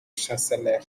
chanceler